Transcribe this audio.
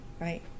right